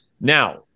now